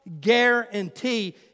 guarantee